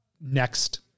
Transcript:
next